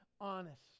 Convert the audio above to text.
honest